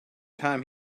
time